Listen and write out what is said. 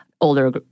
older